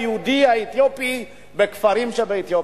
היהודי האתיופי בכפרים שבאתיופיה.